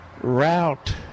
route